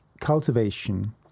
cultivation